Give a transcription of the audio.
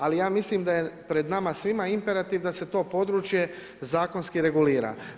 Ali ja mislim da je pred nama svima imperativ da se to područje zakonski regulira.